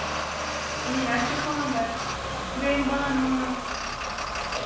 اۭں اَسہِ چھُ خانٛدر بیٚیہِ یِم بانہٕ وانہٕ